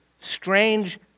strange